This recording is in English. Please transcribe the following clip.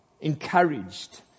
Encouraged